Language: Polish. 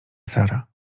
sara